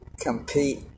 compete